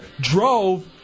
drove